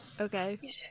Okay